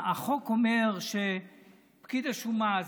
החוק אומר שפקיד השומה,